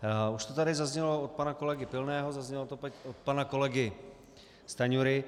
Už to tady zaznělo od pana kolegy Pilného, zaznělo to teď od pana kolegy Stanjury.